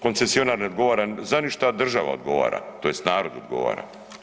Koncesionar ne odgovara za ništa, država odgovara tj. narod odgovara.